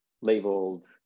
labeled